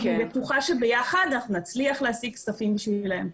אני בטוחה שביחד אנחנו נצליח להשיג כספים בשבילם.